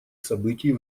событий